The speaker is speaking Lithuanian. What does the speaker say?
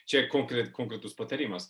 čia konkre konkretus patarimas